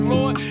Lord